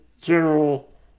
general